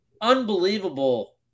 unbelievable